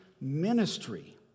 ministry